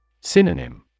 Synonym